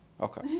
Okay